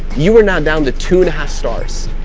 you are now down to two and a half stars.